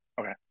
Okay